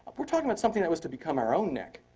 we're talking about something that was to become our own neck.